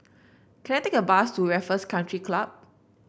can I take a bus to Raffles Country Club